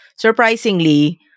surprisingly